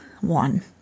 one